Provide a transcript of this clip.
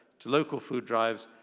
to local food drives,